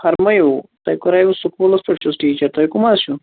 فرمٲوِو تُہۍ کَریٚوٕ سکوٗلَس پیٚٹھ چھُس ٹیٖچر تُہۍ کٕم حظ چھِو